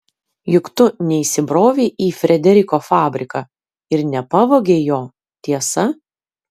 juk tu neįsibrovei į frederiko fabriką ir nepavogei jo tiesa